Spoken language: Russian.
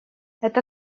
это